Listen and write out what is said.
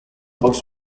books